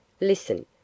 Listen